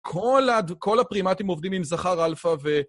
כל הפרימטים עובדים עם זכר אלפא ו...